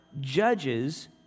judges